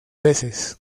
veces